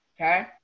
Okay